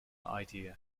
idea